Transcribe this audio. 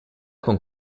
con